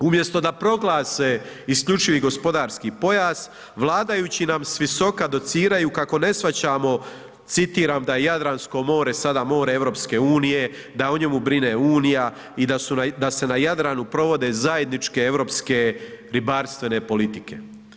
Umjesto da proglase isključivi gospodarski pojas vladajući nam s visoka dociraju kako ne shvaćamo, citiram da je Jadransko more sada more EU, da o njemu brine Unija i da se na Jadranu provode zajedničke europske ribarstvene politike.